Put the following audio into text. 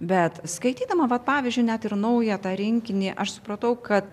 bet skaitydama vat pavyzdžiui net ir naują tą rinkinį aš supratau kad